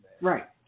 Right